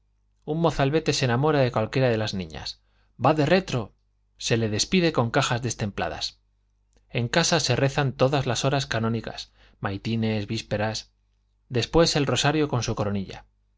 un mozalbete se enamora de cualquiera de las niñas vade retro se le despide con cajas destempladas en casa se rezan todas las horas canónicas maitines vísperas después el rosario con su coronilla